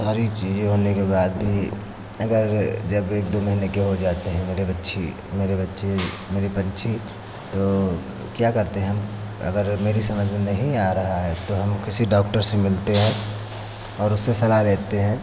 सारी चीजें होने के बाद भी अगर जब एक दो महीने के हो जाते हैं मेरे बच्छी मेरे बच्चे मेरी पक्षी तो क्या करते हैं हम अगर मेरी समझ में नहीं आ रहा है तो हम किसी डॉक्टर से मिलते हैं और उससे सलाह लेते हैं